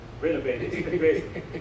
renovated